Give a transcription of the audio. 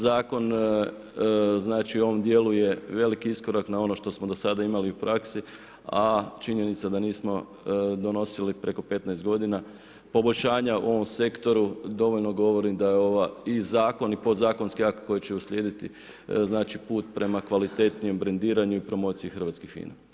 Zakon znači on djeluje veliki iskorak na ono što smo do sada imali u praksi a činjenica da nismo donosili preko 15 g. poboljšanja u ovom sektoru dovoljno govori da ovaj i zakon i podzakonski akt koji će uslijediti, put prema kvalitetnijem brendiranju i promociji hrvatskih vina.